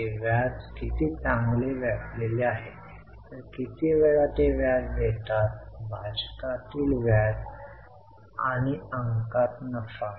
या समस्ये मध्ये केवळ एक आयटम आहे परंतु काही वेळा दोन तीन रोख आणि रोख समतुल्य असू शकते